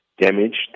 damaged